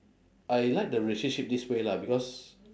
I like the relationship this way lah because